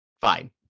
Fine